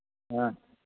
ᱦᱮᱸ